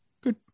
good